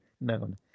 known